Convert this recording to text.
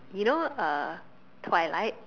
you know uh twilight